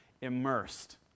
immersed